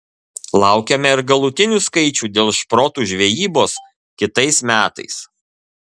laukiame ir galutinių skaičių dėl šprotų žvejybos kitais metais